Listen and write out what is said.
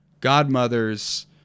Godmother's